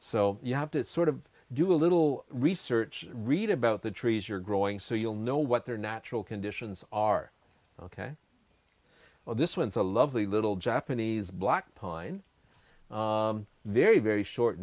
so you have to sort of do a little research read about the trees you're growing so you'll know what their natural conditions are ok well this one's a lovely little japanese black pine very very short